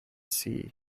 sea